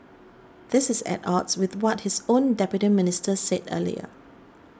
this is at odds with what his own Deputy Minister said earlier